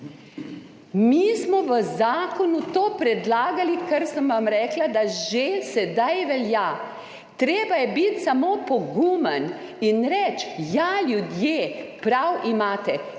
Mi smo v zakonu to predlagali, kar sem vam rekla, da že sedaj velja. Treba je biti samo pogumen in reči, ja, ljudje, prav imate,